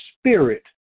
spirit